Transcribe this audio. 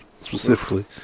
specifically